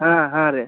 ಹಾಂ ಹಾಂ ರೀ